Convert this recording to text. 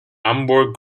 hamburg